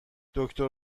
دکتر